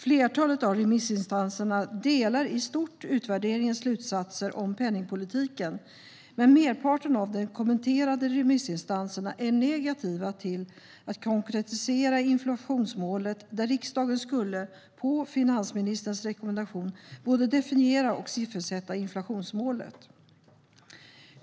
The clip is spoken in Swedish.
Flertalet av remissinstanserna delar i stort utvärderingens slutsatser om penningpolitiken, men merparten av de kommenterande remissinstanserna är negativa till att konkretisera inflationsmålet där riksdagen på finansministerns rekommendation skulle både definiera och siffersätta inflationsmålet.